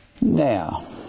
Now